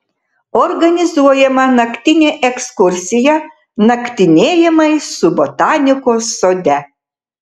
organizuojama naktinė ekskursija naktinėjimai su botanikos sode